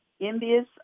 envious